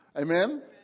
Amen